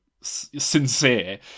sincere